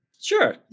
Sure